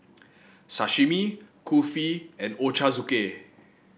Sashimi Kulfi and Ochazuke